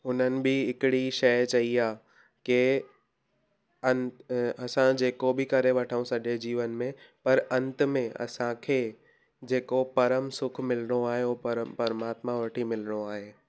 उन्हनि बि हिकिड़ी शइ चई आहे की अंत असां जेको बि करे वठूं सॼे जीवन में पर अंत में असांखे जेको परम सुखु मिलिणो आहे हो परम परमात्मा वटि ई मिलिणो आहे